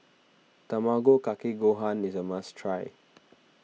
Tamago Kake Gohan is a must try